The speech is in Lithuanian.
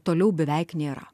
toliau beveik nėra